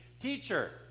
Teacher